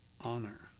honor